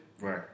Right